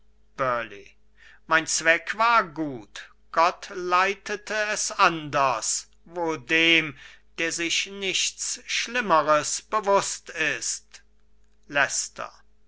mein zweck war gut gott leitete es anders wohl dem der sich nichts schlimmeres bewußt ist